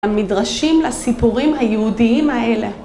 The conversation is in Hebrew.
המדרשים לסיפורים היהודיים האלה.